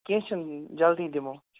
کیٚنٛہہ چھُنہٕ جَلدی دِمو